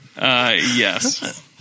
yes